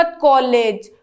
college